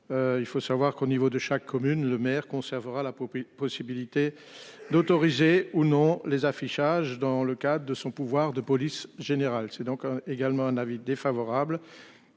Il faut savoir qu'au niveau de chaque commune maire conservera la poupée possibilité d'autoriser ou non les affichages dans le cadre de son pouvoir de police générale, c'est donc également un avis défavorable.